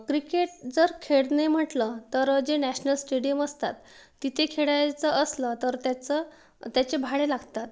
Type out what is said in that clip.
cricket जर खेळणे म्हटलं तर जे नॅशनल स्टेडियम असतात तिथे खेळायचं असलं तर त्याचं त्याचे भाडे लागतात